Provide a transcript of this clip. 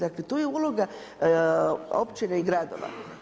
Dakle tu je uloga općine i gradova.